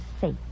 safe